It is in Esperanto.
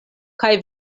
kaj